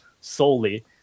solely